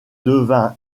devint